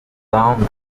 down